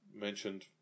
mentioned